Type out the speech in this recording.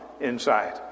inside